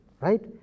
right